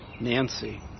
Nancy